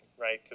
right